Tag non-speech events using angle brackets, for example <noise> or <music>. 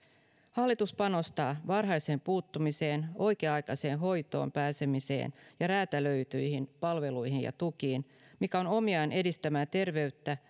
hallitus panostaa varhaiseen puuttumiseen oikea aikaiseen hoitoon pääsemiseen ja räätälöityihin palveluihin ja tukiin mikä on omiaan edistämään terveyttä <unintelligible>